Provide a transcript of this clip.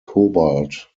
cobalt